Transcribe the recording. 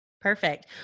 Perfect